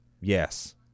Yes